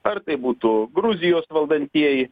ar tai būtų gruzijos valdantieji